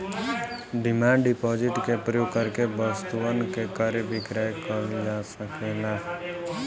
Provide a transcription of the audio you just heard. demand deposit के प्रयोग करके वस्तुअन के क्रय विक्रय कईल जा सकेला